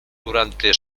durante